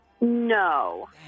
No